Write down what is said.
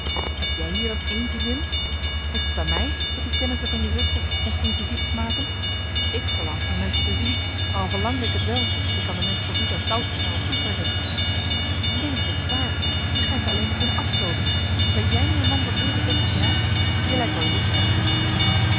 heb jij hier dan één vriendin ligt t aan mij dat die kennissen van je zuster ons geen visites maken ik verlang geen menschen te zien maar al verlangde ik t wel ik kan de menschen toch niet aan touwtjes naar ons toe trekken neen dat is waar jij schijnt ze alleen te kunnen afstooten ben jij nu een man van even dertig jaar je lijkt wel in de zestig